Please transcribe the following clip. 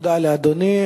תודה לאדוני.